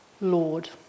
Lord